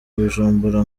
bujumbura